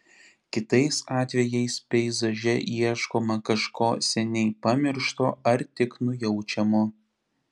kitais atvejais peizaže ieškoma kažko seniai pamiršto ar tik nujaučiamo